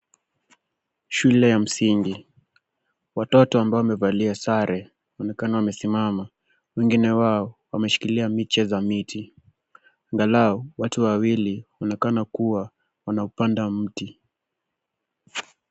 Shule ya msingi, watoto ambao wamevalia sare wanaonekana wamesimama wengine wao wameshikilia miche za miti. Angalau watu wawili wanaonekana kuwa wanapanda mti.